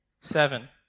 Seven